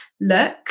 look